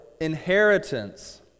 inheritance